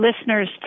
listeners